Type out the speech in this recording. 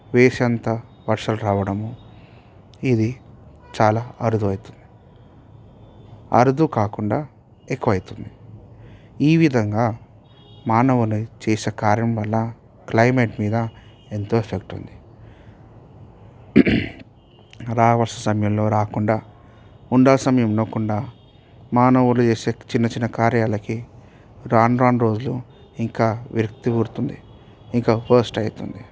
వేషంత వర్షాలు రావడము ఇది చాలా అరుదు అరుదు కాకుండా ఎక్కువైతుంది ఈ విధంగా మానవులే చేసే కార్యం వల్ల క్లైమేట్ మీద ఎంతో శక్తి ఉంది రావాల్సిన సమయంలో రాకుండా ఉండాల్సి సమయంలో ఉండకుండా మానవులు చేసే చిన్నచిన్న కార్యాలకి రాను రాను రోజులు ఇంకా విరక్తి పుడుతుంది ఇంకా వరస్ట్ అవుతుంది